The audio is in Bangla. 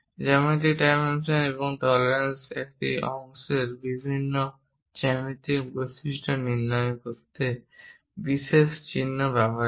জ্যামিতিক ডাইমেনশন এবং টলারেন্স একটি অংশের বিভিন্ন জ্যামিতিক বৈশিষ্ট্য নিয়ন্ত্রণ করতে বিশেষ চিহ্ন ব্যবহার করে